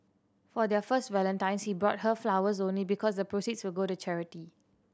for their first Valentine's he bought her flowers only because the proceeds would go to charity